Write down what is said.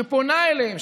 שפונה אליהם,